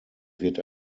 wird